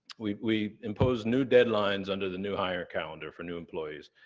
we we imposed new deadlines under the new hire calendar for new employees.